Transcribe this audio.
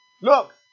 Look